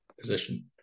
position